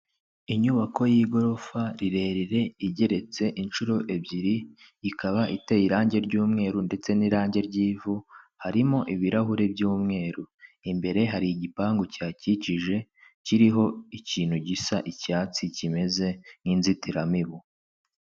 Inyubako y'igorofa rirerire, igeretse inshuro ebyiri, ikaba iteye irange ry'umweru ndetse n'irange ry'ivu, harimo ibirahure by'umweru. Imbere hari igipangu kihakikije, kiriho ikintu gisa icyatsi, kimeze nk'inzitiramibu.